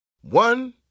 One